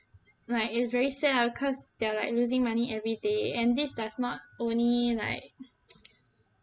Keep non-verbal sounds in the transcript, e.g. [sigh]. like it's very sad lah cause they're like losing money every day and this does not only like [noise]